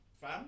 fam